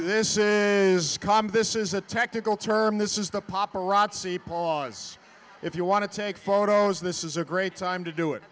is is this is a technical term this is the proper razzi pause if you want to take photos this is a great time to do it